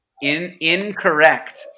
Incorrect